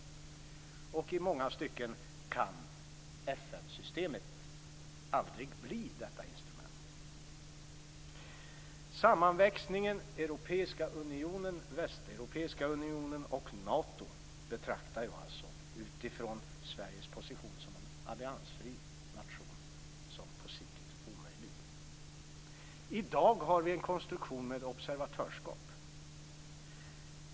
Och i många stycken kan FN-systemet aldrig bli detta instrument. Västeuropeiska unionen och Nato betraktar jag alltså utifrån Sveriges position som en alliansfri nation som på sikt omöjlig. I dag har vi en konstruktion med observatörskap.